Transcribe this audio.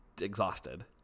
exhausted